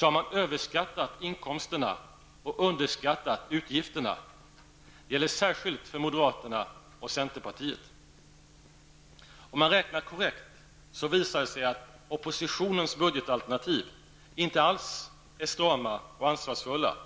har man överskattat inkomsterna och underskattat utgifterna. Det gäller särskilt för moderaterna och centerpartiet. Om man räknar korrekt visar det sig att oppositionens budgetalternativ inte alls är strama och ansvarsfulla.